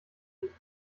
nicht